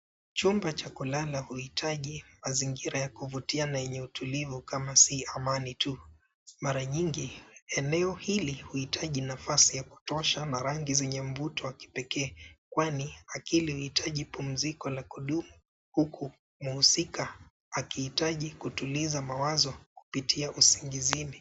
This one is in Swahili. Chumba cha kulala huhitaji mazingira ya kuvutia na yenye utulivu kama si amani tu. Mara nyingi, eneo hili huhitaji nafasi ya kutosha na rangi zenye mvuto wa kipekee, kwani akili huhitaji pumziko la kudumu huku mhusika akihitaji kutuliza mawazo kupitia usingizini .